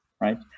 right